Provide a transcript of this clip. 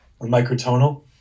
microtonal